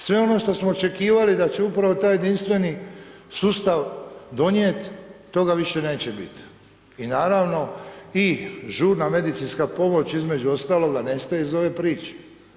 Sve ono što smo očekivali da će upravo taj jedinstveni sustav donijet, toga više neće biti i naravno i žurna medicinska pomoć između ostaloga nestaje iz ove priče.